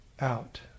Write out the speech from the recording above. out